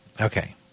Okay